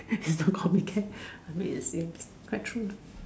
don't call me can I mean it seems quite true lah